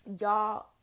Y'all